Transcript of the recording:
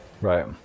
Right